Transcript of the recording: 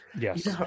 Yes